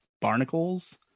Barnacles